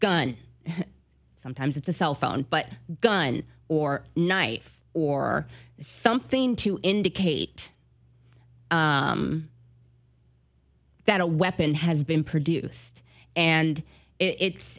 gun sometimes it's a cell phone but gun or knife or something to indicate that a weapon has been produced and